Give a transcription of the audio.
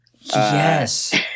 Yes